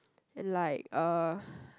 and like uh